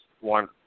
one